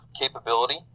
capability